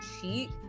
cheat